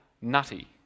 nutty